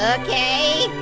okay.